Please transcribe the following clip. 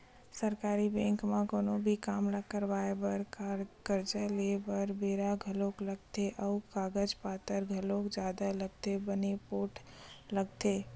सरकारी बेंक म कोनो भी काम ल करवाय बर, करजा लेय बर बेरा घलोक लगथे अउ कागज पतर घलोक जादा लगथे बने पोठ लगथे